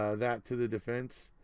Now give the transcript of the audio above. ah that to the defense?